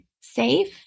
safe